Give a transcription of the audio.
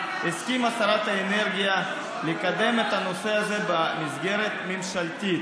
הסכימה שרת האנרגיה לקדם את הנושא הזה במסגרת ממשלתית.